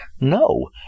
No